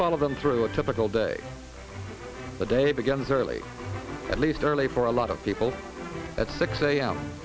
follow them through a typical day the day begins early at least early for a lot of people at six a